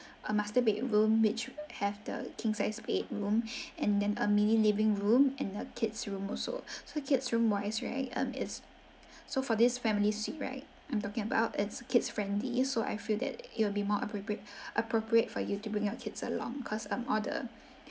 a master bedroom which have the king's size bedroom and then a mini living room and the kid's room also so kid's room wise right um it's so for these family suite right I'm talking about it's kids friendly so I feel that it will be more appropriate appropriate for you to bring your kids along cause um all the